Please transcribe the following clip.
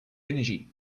energy